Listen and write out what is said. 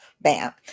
Bam